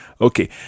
Okay